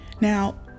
Now